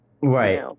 Right